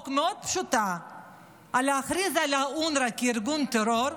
המאוד-פשוטה להכריז על אונר"א כארגון טרור,